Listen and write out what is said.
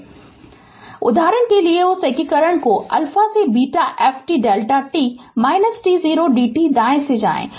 Refer Slide Time 0804 उदाहरण के लिए उस एकीकरण को α से ft Δ t t0 dt दाएं ले जाएं